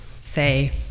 say